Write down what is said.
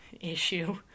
issue